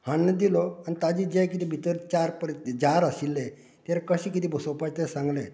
हाडून दिलो आनी ताजी जे कितें भितर चार पळय जार आशिले ते कशे कितें बसोवपाचे ते सांगले